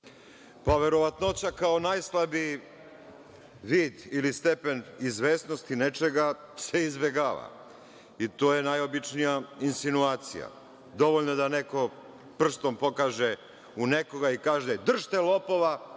Pa, verovatnoća kao najslabiji vid ili stepen izvesnosti nečega se izbegava. To je najobičnija insinuacija. Dovoljno je da neko prstom pokaže u nekoga i kaže – držite lopova,